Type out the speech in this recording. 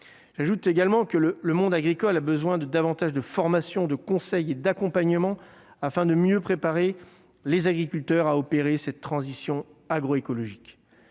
J'ajoute que le monde agricole a besoin de plus de formation, de conseil et d'accompagnement, afin de mieux préparer les agriculteurs à opérer cette transition agroécologique.